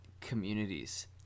communities